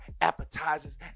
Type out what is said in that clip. appetizers